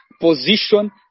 position